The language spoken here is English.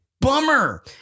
bummer